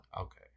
Okay